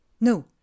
no